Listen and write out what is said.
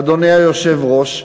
אדוני היושב-ראש,